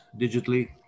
digitally